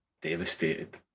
Devastated